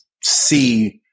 see